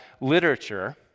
Literature